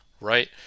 right